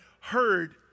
heard